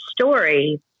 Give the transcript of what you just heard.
story